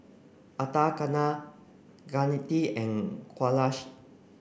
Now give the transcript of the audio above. Atal Kaneganti and Kailash